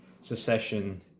secession